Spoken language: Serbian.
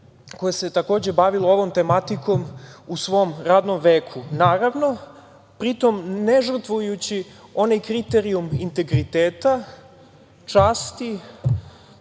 koje se takođe bavilo ovom tematikom u svom radnom veku. Naravno, pri tome ne žrtvujući onaj kriterijum integriteta, časti,